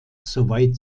soweit